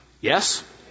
Yes